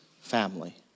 family